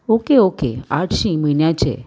okay okay आठशीं म्हयन्याचे